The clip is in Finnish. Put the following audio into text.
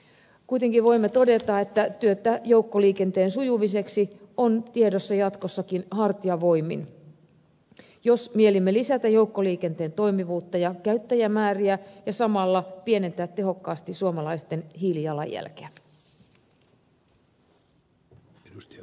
kuitenkin voimme todeta että työtä joukkoliikenteen sujumiseksi on tiedossa jatkossakin hartiavoimin jos mielimme lisätä joukkoliikenteen toimivuutta ja käyttäjämääriä ja samalla pienentää tehokkaasti suomalaisten hiilijalanjälkeä